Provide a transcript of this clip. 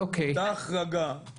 אותה החרגה,